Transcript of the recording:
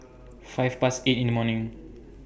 five Past eight in The morning